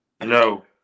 No